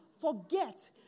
forget